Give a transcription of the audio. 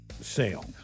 sale